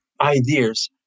ideas